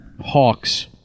hawks